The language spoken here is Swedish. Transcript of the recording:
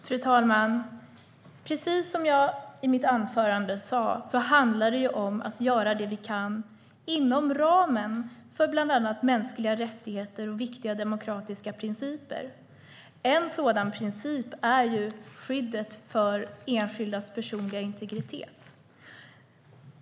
Fru talman! Precis som jag sa i mitt anförande handlar det om att göra det vi kan inom ramen för bland annat mänskliga rättigheter och viktiga demokratiska principer. En sådan princip är skyddet för enskildas personliga integritet.